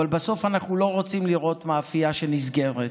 אבל בסוף אנחנו לא רוצים לראות מאפייה שנסגרת.